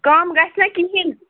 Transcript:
کَم گژھِ نہ کِہیٖنۍ